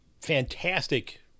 fantastic